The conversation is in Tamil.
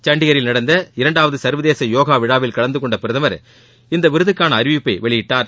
சண்டிகரில் நடந்த இரண்டாவது சர்வதேச யோகா விழாவில் கலந்துகொண்ட பிரதமர் இந்த விருதுக்கான அறிவிப்பை வெளியிட்டார்